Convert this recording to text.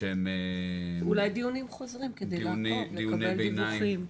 אולי דיונים חוזרים כדי לעקוב, לקבל דיווחים.